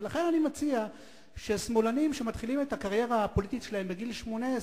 ולכן אני מציע ששמאלנים שמתחילים את הקריירה הפוליטית שלהם בגיל 18,